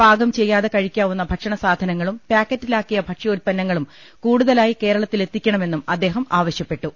പാകം ചെയ്യാതെ കഴിക്കാവുന്ന ഭക്ഷണസാധനങ്ങളും പാക്ക റ്റിലാക്കിയ ഭക്ഷ്യാൽപ്പന്നങ്ങളും കൂടുതലായി കേരളത്തിൽ എത്തിക്കണമെന്നും അദ്ദേഹം ആവശ്യപ്പെട്ടു